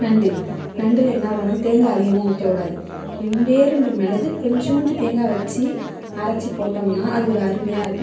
நண்டு நண்டில் என்ன வேணும் தேங்காய் அதிகமாக ஊற்றக்கூடாது ரெண்டே ரெண்டு மிளகு கொஞ்சோண்டு தேங்காய் வச்சு அரைச்சி போட்டோம்னால் அது ஒரு அருமையாயிருக்கும்